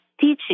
teaching